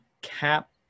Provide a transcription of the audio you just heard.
cap